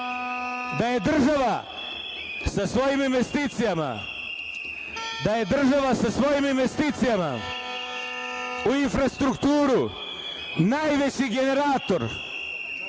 da je država sa svojim investicija u infrastrukturu najveći generator